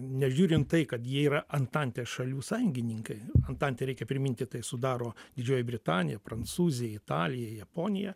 nežiūrint tai kad jie yra antantės šalių sąjungininkai antantę reikia priminti tai sudaro didžioji britanija prancūzija italija japonija